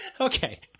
Okay